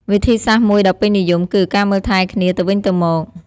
វិធីសាស្រ្តមួយដ៏ពេញនិយម គឺ ការមើលថែគ្នាទៅវិញទៅមក។